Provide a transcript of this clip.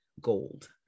gold